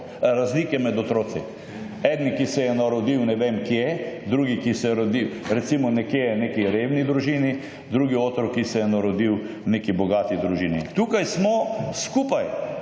razlike med otroki. Eden, ki se je rodil ne vem kje, drugi, ki se je rodil, recimo, v neki revni družini, drugi otrok, ki se je rodil v neki bogati družini. Tukaj smo skupaj,